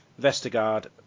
Vestergaard